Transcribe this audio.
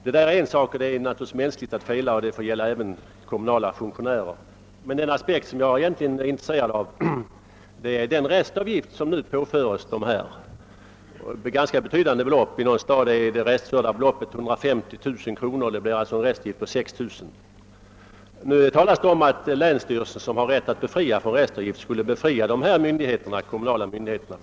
Det är mänskligt att fela; och det får ju gälla även för kommunala funktionärer. Men den aspekt jag främst är intresserad av är den restavgift som nu påföres dessa fordonsägare. Det rör sig om ganska betydande belopp. I någon stad är det restförda beloppet 150 000 kr., och det blir en restavgift på 6 000 kr. Nu talas det om att länsstyrelsen, som har rätt att befria från restavgift, skulle medge sådan befrielse för de kommunala myndigheterna.